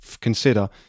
consider